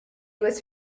was